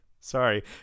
Sorry